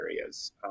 areas